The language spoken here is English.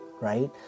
right